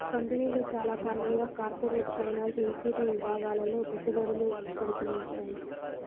కంపెనీలు చాలా కాలంగా కార్పొరేట్ ఫైనాన్స్, ఈక్విటీ విభాగాల్లో పెట్టుబడులు పెడ్తున్నాయి